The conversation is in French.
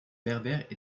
berbères